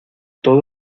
todo